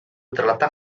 terletak